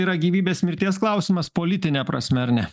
yra gyvybės mirties klausimas politine prasme ar ne